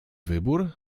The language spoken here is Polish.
wybór